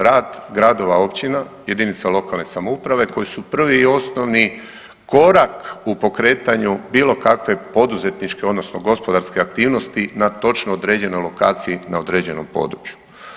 Rad gradova, općina, jedinica lokalne samouprave koje su prvi i osnovni korak u pokretanju bilo kakve poduzetničke odnosno gospodarske aktivnosti na točno određenoj lokaciji, na određenom području.